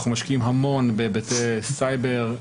אנחנו משקיעים המון בהיבטי סייבר,